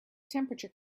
temperature